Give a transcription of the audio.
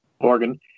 organ